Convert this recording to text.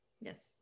yes